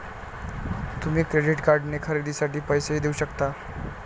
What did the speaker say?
तुम्ही क्रेडिट कार्डने खरेदीसाठी पैसेही देऊ शकता